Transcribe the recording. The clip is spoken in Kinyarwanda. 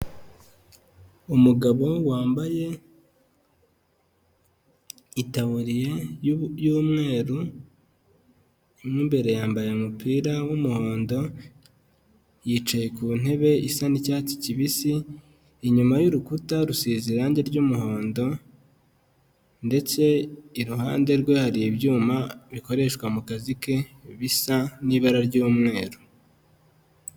Umugabo wambaye itaburiya y'umweru mo imbere yambaye umupira w'umuhondo, yicaye ku ntebe isa n'icyatsi kibisi, inyuma y'urukuta rusize irange ry'umuhondo ndetse iruhande rwe hari ibyuma bikoreshwa mu kazi ke bisa n'ibara ry'umweru.